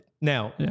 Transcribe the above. Now